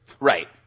Right